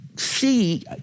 See